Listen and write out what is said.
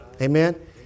Amen